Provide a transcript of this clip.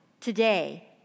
today